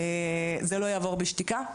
זה לא יעבור בשתיקה.